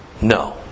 No